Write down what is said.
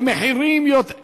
במחירים יותר,